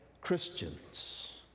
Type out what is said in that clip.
Christians